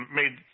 made